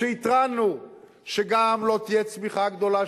כשהתרענו שגם לא תהיה צמיחה גדולה,